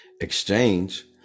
exchange